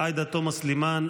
עאידה תומא סלימאן,